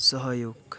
सहयोग